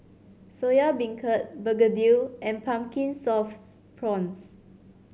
Soya Beancurd begedil and Pumpkin Sauce Prawns